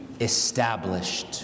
established